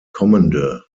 kommende